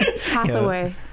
hathaway